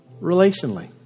relationally